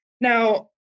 Now